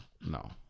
no